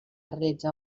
realitzar